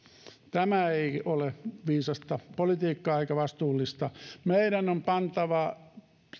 tämä ei ole viisasta politiikkaa eikä vastuullista meidän on pantava